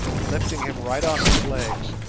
and, lifting him right off his legs,